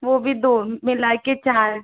वो भी दो मिला के चार